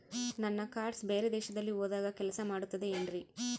ನನ್ನ ಕಾರ್ಡ್ಸ್ ಬೇರೆ ದೇಶದಲ್ಲಿ ಹೋದಾಗ ಕೆಲಸ ಮಾಡುತ್ತದೆ ಏನ್ರಿ?